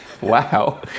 Wow